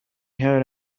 here